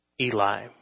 Eli